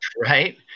right